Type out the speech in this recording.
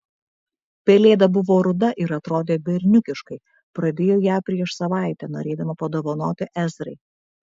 pelėda buvo ruda ir atrodė berniukiškai pradėjo ją prieš savaitę norėdama padovanoti ezrai